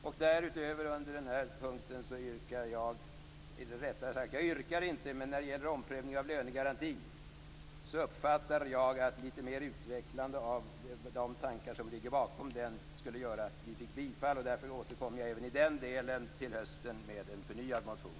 Eftersom jag uppfattar att litet utvecklande av de tankar som ligger bakom förslaget vad gäller en omprövning av lönegarantin skulle göra att förslaget fick bifall, återkommer jag till hösten även i den delen med en förnyad motion.